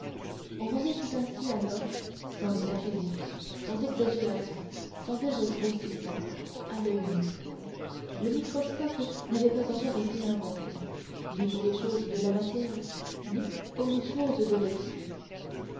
on voyait tout ainsi alors sans métaphysique sans exagération sans verre grossissant à l'oeil nu le microscope n'avait pas encore été inventé ni pour les choses de la matière ni pour les choses de l'esprit